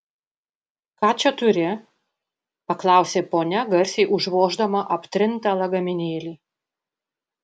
ką čia turi paklausė ponia garsiai užvoždama aptrintą lagaminėlį